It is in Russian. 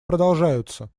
продолжаются